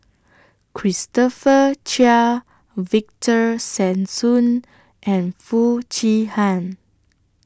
Christopher Chia Victor Sassoon and Foo Chee Han